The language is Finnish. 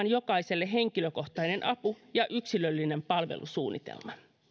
jokaiselle henkilökohtainen apu ja yksilöllinen palvelusuunnitelma